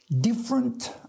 different